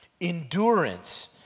endurance